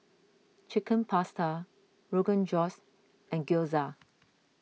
Chicken Pasta Rogan Josh and Gyoza